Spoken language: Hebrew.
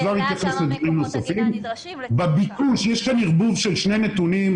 יש כאן ערבוב של שני נתונים,